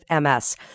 MS